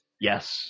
Yes